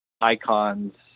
icons